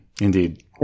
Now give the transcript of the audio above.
Indeed